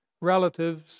relatives